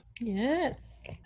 Yes